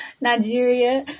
Nigeria